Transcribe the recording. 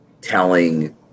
telling